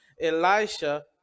Elisha